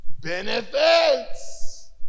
benefits